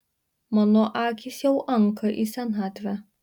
mano akys jau anka į senatvę